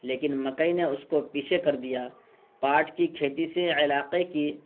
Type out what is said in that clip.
لیکن مکئی نے اس کو پیچھے کر دیا پاٹ کی کھیتی سے علاقے کی